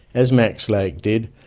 as max lake did,